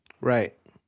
Right